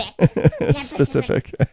Specific